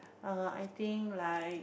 err I think like